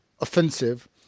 Offensive